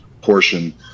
portion